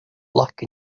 luck